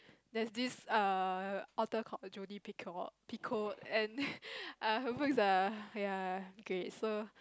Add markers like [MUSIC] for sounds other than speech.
that's this err author called Judy peacock Picoult and [LAUGHS] her books are ya great so